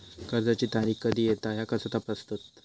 कर्जाची तारीख कधी येता ह्या कसा तपासतत?